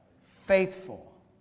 Faithful